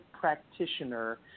Practitioner